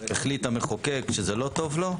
החליט המחוקק שזה לא טוב לו,